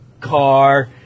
car